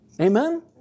Amen